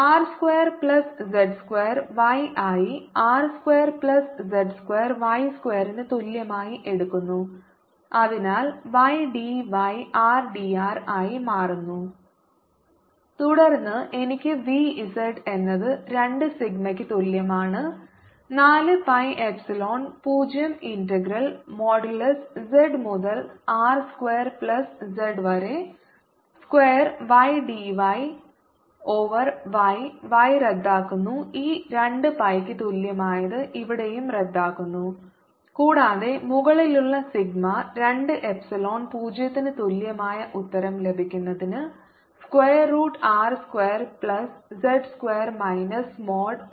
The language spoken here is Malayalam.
r square plus z square y ആയി r square plus z square y സ്ക്വയറിന് തുല്യമായി എടുക്കുന്നു അതിനാൽ y d y r d r ആയി മാറുന്നു തുടർന്ന് എനിക്ക് V z എന്നത് 2 സിഗ്മയ്ക്ക് തുല്യമാണ് 4 pi epsilon 0 integral modulus z മുതൽ R സ്ക്വയർ പ്ലസ് z വരെ square y d y over y y റദ്ദാക്കുന്നു ഈ 2 pi യ്ക്ക് തുല്യമായത് ഇവിടെയും റദ്ദാക്കുന്നു കൂടാതെ മുകളിലുള്ള സിഗ്മ 2 എപ്സിലോൺ 0 ന് തുല്യമായ ഉത്തരം ലഭിക്കുന്നതിന് square root R square plus z square minus mod z